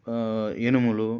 ఉడుములు